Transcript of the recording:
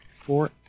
four